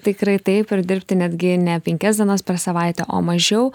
tikrai taip ir dirbti netgi ne penkias dienas per savaitę o mažiau